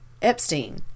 Epstein